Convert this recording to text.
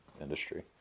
industry